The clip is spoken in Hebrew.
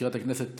מזכירת הכנסת